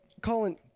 Colin